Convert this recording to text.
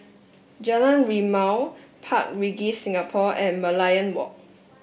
Jalan Rimau Park Regis Singapore and Merlion Walk